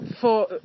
for-